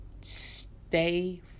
stay